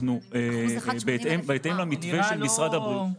בהתאם למתווה של משרד הבריאות,